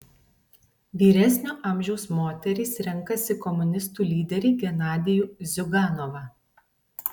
vyresnio amžiaus moterys renkasi komunistų lyderį genadijų ziuganovą